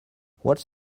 what’s